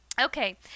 okay